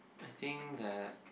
I think that